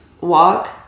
walk